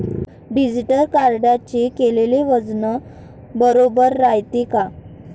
Digital काट्याने केलेल वजन बरोबर रायते का?